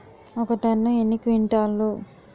ఒక టన్ను ఎన్ని క్వింటాల్లు?